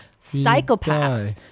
psychopaths